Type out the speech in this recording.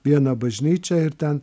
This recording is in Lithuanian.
viena bažnyčia ir ten